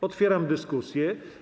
Otwieram dyskusję.